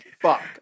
fuck